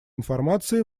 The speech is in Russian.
информации